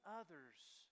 others